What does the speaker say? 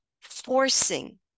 forcing